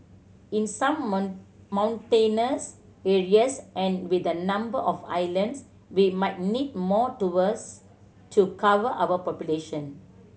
in some mountainous areas and with the number of islands we might need more towers to cover our population